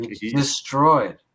Destroyed